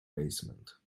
basement